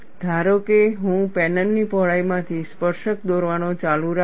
ધારો કે હું પેનલની પહોળાઈમાંથી સ્પર્શક દોરવાનું ચાલુ રાખું છું